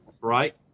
right